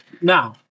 Now